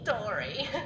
story